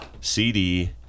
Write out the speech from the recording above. CD